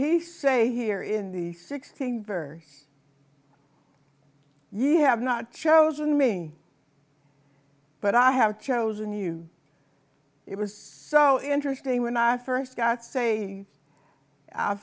he say here in the sixteenth verse you have not chosen me but i have chosen you it was so interesting when i first got sa